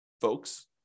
folks